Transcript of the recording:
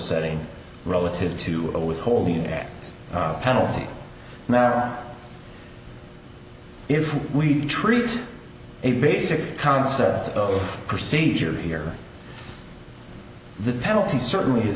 setting relative to the withholding and penalty mera if we treat a basic concepts of procedure here the penalty certainly is